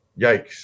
yikes